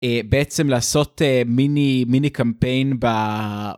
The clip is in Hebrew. בעצם לעשות מיני מיני קמפיין.